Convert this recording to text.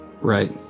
Right